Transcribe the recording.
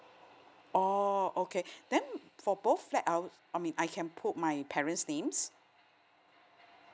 oh okay then for both flat I'll I mean I can put my parents names